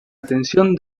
atención